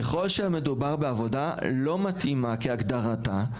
ככל שמדובר בעבודה לא מתאימה כהגדרתה,